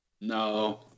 No